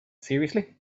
seriously